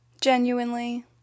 genuinely